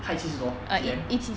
height 七十多 C_M